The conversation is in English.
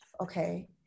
Okay